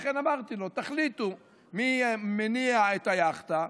לכן אמרתי לו: תחליטו מי מניע את היאכטה,